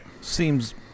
Seems